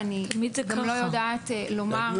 ואני גם לא יודעת לומר -- תמיד זה ככה.